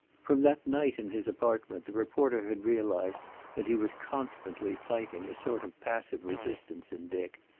from that night in his apartment the reporter had realized that he was constantly fighting a sort of passive resistance in dick,